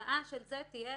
התוצאה של זה תהיה